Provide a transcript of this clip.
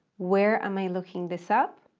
where am i looking this up?